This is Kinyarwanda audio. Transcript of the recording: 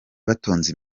batonze